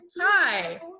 Hi